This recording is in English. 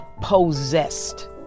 possessed